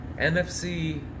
NFC